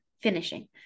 finishing